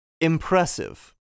Impressive